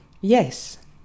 Yes